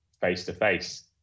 face-to-face